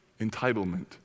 entitlement